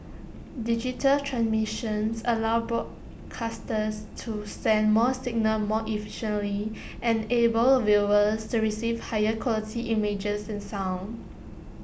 digital transmissions allow broadcasters to send more signals more efficiently enable of viewers to receive higher quality images and sound